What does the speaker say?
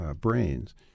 brains